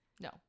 no